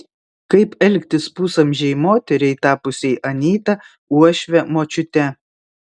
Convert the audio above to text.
kaip elgtis pusamžei moteriai tapusiai anyta uošve močiute